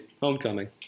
Homecoming